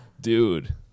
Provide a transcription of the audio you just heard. dude